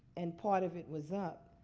and part of it was up.